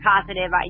positive